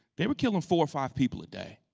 they were killing four or five people a day,